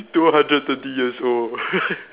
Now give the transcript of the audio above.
two hundred thirty years old